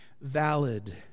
valid